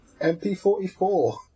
MP44